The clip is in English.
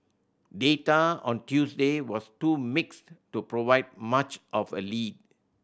data out Tuesday was too mixed to provide much of a lead